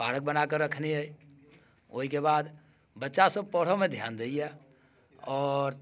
park बना कऽ रखने अइ ओहिके बाद बच्चासभ पढ़यमे ध्यान दैए आओर